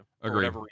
Agreed